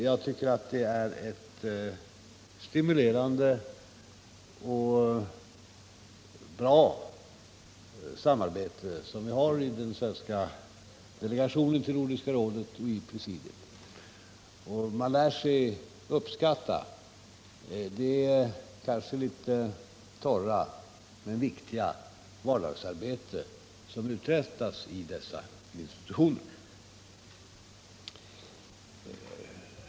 Jag tycker att det är ett stimulerande och bra samarbete som vi har i den svenska delegationen till Nordiska rådet och i presidiet. Man lär sig uppskatta det kanske litet torra men viktiga vardagsarbete som uträttas i dessa institutioner.